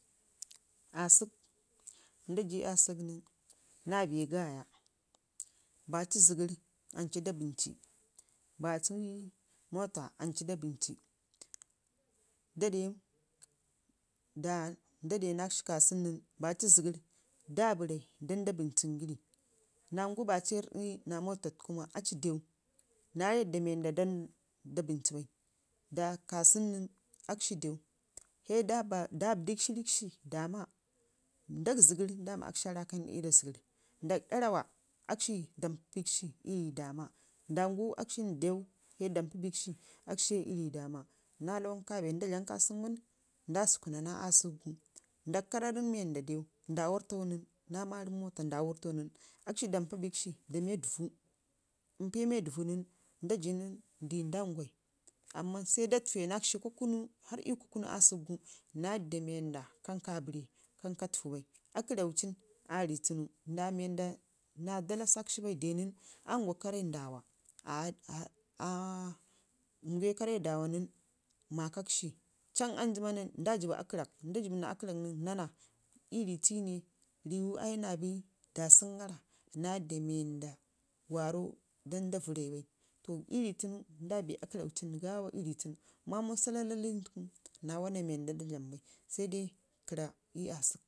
Asək nda ji asək nən naa bii gaya baci zəgənr ancu da bənci, babu mota ancu da bənci nda de nən, nda de nakshi kasana nən baci zəgərr anau da bənci, baci mota ancu da bənci nda de nakshi ka sunu nən babu zəgərr dabi rai da dabi bənci əon babu irdi naa mota aw dew naa yadda wawa aci da bənci bai sai dabidikshi dama na ak zəgərr dama akshi aa raakan ii ɗa zəgərr ndak dak rawa akshi ndampi naakshi ii rii dama naa lawan kabe nda dlam ka seunu nən nda sukuna naa asək gu. Ndak karerən mii wanda dew nda wərtau nən, sai dayi nakshi dampi bikshi da miya dəvuu impe ii miya dəvuu nən nda jin sai nda ngwai amman sai da təfu nakshi hari ii kunu asəkgu naa yadda mii wanda kan kabi ka bənci bai ko ka rai ka təfi bai akkərau cin aa rii tunu naa ndawa mii naa dalasakshi bai aa riiwu aa ngwa karre rən nda ngwe karrarən nən ma kakshi can anji mma nən nda jibba akkərak n da jibb naa akkərak nən nana, ii rii tiwu ne nana riiwu da sən gara naa yadda warau dan da vərribai, nda bii akkəraucin, mamu salalacin naa bee da dlam bai sai dai kərra ii asək.